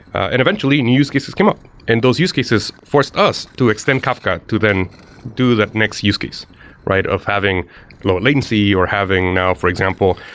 and eventually, new use cases come up. and those use cases forced us to extend kafka to then do that next use case of having lower latency or having now, for example,